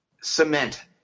cement